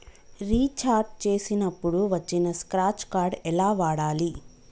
Recharge చేసినప్పుడు వచ్చిన scratch card ఎలా వాడాలి?